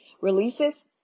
releases